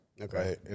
Okay